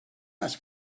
ask